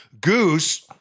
Goose